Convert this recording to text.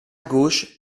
gauche